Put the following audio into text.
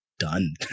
Done